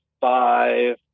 five